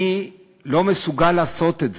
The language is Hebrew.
אני לא מסוגל לעשות את זה,